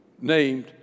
named